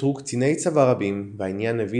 פוטרו קציני צבא רבים והעניין הביא